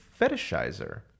fetishizer